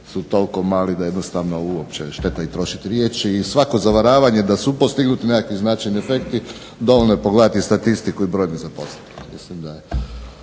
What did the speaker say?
su toliko mali da jednostavno uopće šteta i trošiti riječi i svako zavaravanje da su postignuti neki značajni efekti dovoljno je pogledati statistiku i broj nezaposlenih.